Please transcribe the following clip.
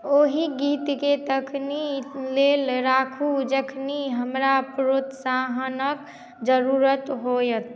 ओहि गीतकेॅं तखन लेल राखू जखन हमरा प्रोत्साहनक जरूरत होयत